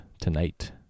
tonight